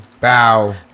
Bow